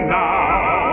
now